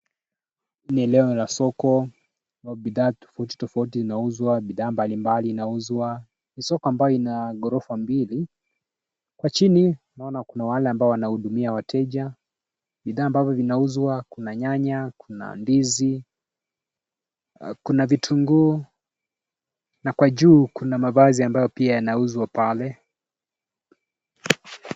Ni eneo la soko. Bidhaa tofauti tofauti zinauzwa, bidhaa mbali mbali zinauzwa. Ni soko ambayo ina ghorofa mbili. Kwa chini, naona kuna wale ambao wanahudumia wateja. Bidhaa amabazo zinauzwa, kuna nyanya, kuna ndizi, kuna vitunguu. Na kwa juu kuna mavazi ambayo pia yanauzwa pale.